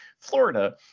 Florida